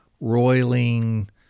roiling